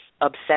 obsessed